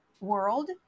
world